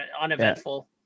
uneventful